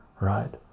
right